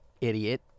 idiot